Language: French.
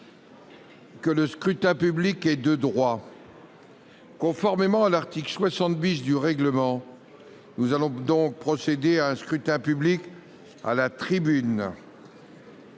le scrutin public est de droit. Conformément à l'article 60 du règlement, il va être procédé à un scrutin public à la tribune,